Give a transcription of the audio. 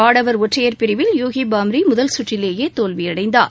ஆடவர் ஒற்றையர் பிரவில் யுகி பாம்ரி முதல் சுற்றிலேயே தோல்வியடைந்தார்